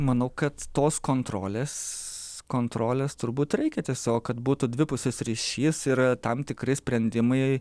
manau kad tos kontrolės kontrolės turbūt reikia tiesiog kad būtų dvipusis ryšys ir tam tikri sprendimai